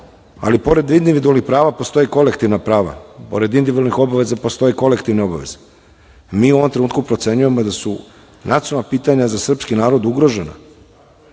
ali pored individualnih prava postoje kolektivna prava i pored individualnih obaveza postoje individualne obaveze i mi u ovom trenutku procenjujemo da su nacionalna pitanja za srpski narod ugrožena,